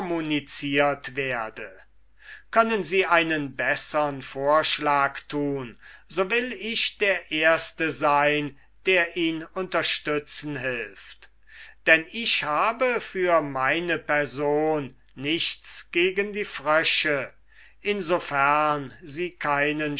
werde können sie einen bessern vorschlag tun so will ich der erste sein der ihn unterstützen hilft denn ich habe für meine person nichts gegen die frösche in so fern sie keinen